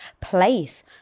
place